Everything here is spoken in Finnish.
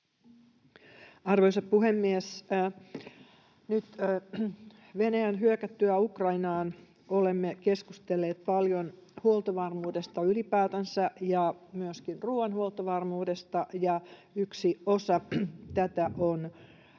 Arvoisa puhemies! Nyt Venäjän hyökättyä Ukrainaan olemme keskustelleet paljon huoltovarmuudesta ylipäätänsä ja myöskin ruuan huoltovarmuudesta, ja yksi osa tätä on